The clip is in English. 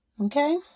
Okay